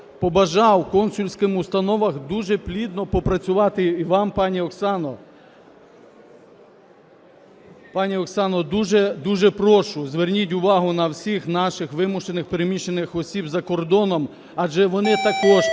побажав консульським установам дуже плідно попрацювати і вам, пані Оксано, дуже, дуже прошу, зверніть увагу на всіх наших вимушених переміщених осіб за кордоном, адже вони також